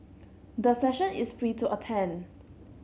the session is free to attend